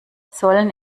sollen